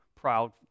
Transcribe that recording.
proud